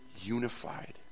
unified